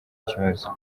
kibazo